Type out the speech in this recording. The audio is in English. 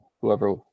Whoever